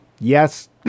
Yes